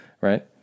right